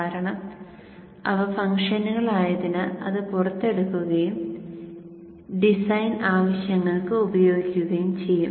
കാരണം അവ ഫംഗ്ഷനുകൾ ആയതിനാൽ അത് പുറത്തെടുക്കുകയും ഡിസൈൻ ആവശ്യങ്ങൾക്ക് ഉപയോഗിക്കുകയും ചെയ്യും